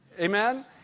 Amen